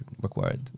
required